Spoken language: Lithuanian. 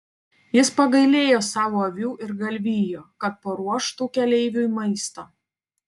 jis pagailėjo savo avių ir galvijų kad paruoštų keleiviui maisto